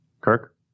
Kirk